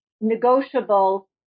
negotiable